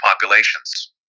populations